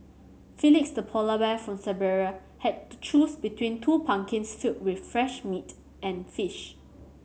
Felix the polar bear from Siberia had to choose between two pumpkins filled with fresh meat and fish